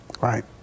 Right